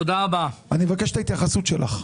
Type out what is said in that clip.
אני מבקש את ההתייחסות שלך.